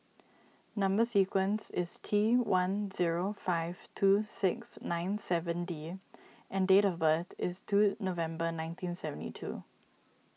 Number Sequence is T one zero five two six nine seven D and date of birth is two November nineteen seventy two